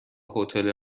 هتل